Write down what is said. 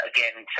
Again